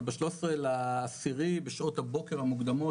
אבל ב-13.10 בשעות הבוקר המוקדמות,